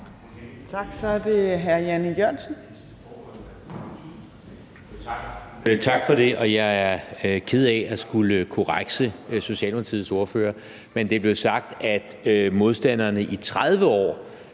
Kl. 14:53 Jan E. Jørgensen (V): Tak for det. Jeg er ked af at skulle korrekse Socialdemokratiets ordfører, men det blev sagt, at modstanderne i 30 år